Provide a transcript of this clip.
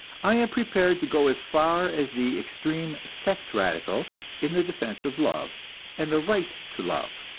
i am prepared to go as far as the extreme sex-radical in the defense of love and the right to love.